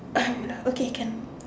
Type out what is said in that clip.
um no okay can